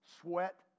sweat